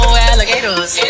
alligators